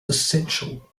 essential